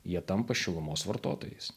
jie tampa šilumos vartotojais